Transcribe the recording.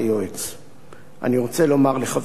אני רוצה לומר לחברי הכנסת הנכבדים,